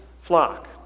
flock